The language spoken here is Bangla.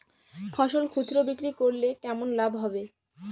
ফসল খুচরো বিক্রি করলে কেমন লাভ হবে?